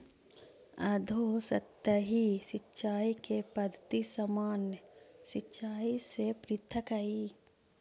अधोसतही सिंचाई के पद्धति सामान्य सिंचाई से पृथक हइ